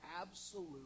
absolute